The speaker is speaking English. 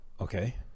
Okay